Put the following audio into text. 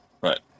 right